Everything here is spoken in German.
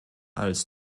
als